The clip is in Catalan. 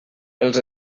els